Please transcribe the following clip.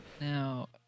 Now